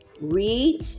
read